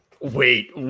wait